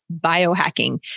biohacking